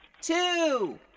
two